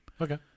Okay